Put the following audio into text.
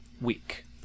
week